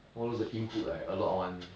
all those the input right a lot [one]